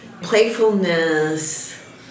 playfulness